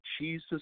Jesus